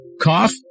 cough